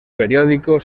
periódico